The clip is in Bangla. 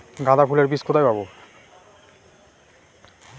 গাঁদা ফুলের বীজ কোথায় পাবো?